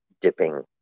dipping